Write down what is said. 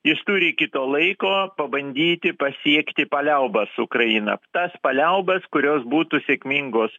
jis turi iki to laiko pabandyti pasiekti paliaubas su ukraina tas paliaubas kurios būtų sėkmingos